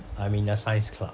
I'm in the science club